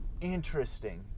Interesting